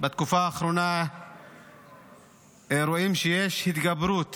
רואים בתקופה האחרונה שיש התגברות